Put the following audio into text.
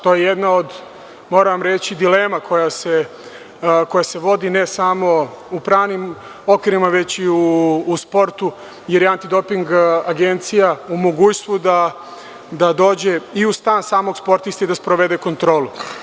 To je jedna od dilema koja se vodi ne samo u pravnim okvirima, već i u sportu, jer je Antidoping agencija u mogućnosti da dođe i u stan samog sportiste i da sprovede kontrolu.